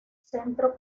centro